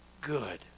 good